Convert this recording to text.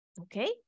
Okay